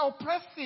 oppressive